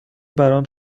برام